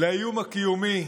לאיום הקיומי,